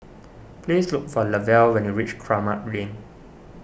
please look for Lavelle when you reach Kramat Lane